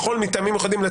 יכול מטעמים מיוחדים.